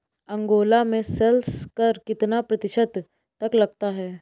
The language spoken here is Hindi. अंगोला में सेल्स कर कितना प्रतिशत तक लगता है?